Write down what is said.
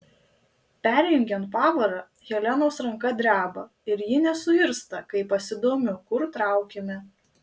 perjungiant pavarą helenos ranka dreba ir ji nesuirzta kai pasidomiu kur traukiame